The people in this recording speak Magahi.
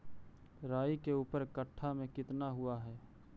राई के ऊपर कट्ठा में कितना हुआ है?